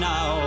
Now